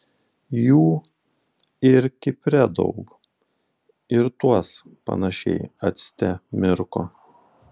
jų ir kipre daug ir tuos panašiai acte mirko